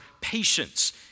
patience